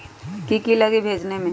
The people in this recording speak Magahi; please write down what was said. की की लगी भेजने में?